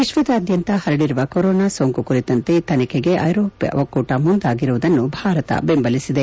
ವಿಶ್ವದಾದ್ಯಂತ ಹರಡಿರುವ ಕೊರೊನಾ ಸೋಂಕು ಕುರಿತಂತೆ ತನಿಖೆಗೆ ಐರೋಪ್ಯ ಒಕ್ಕೂಟ ಮುಂದಾಗಿರುವುದನ್ನು ಭಾರತ ಬೆಂಬಲಿಸಿದೆ